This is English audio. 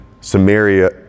Samaria